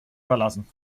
verlassen